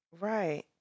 Right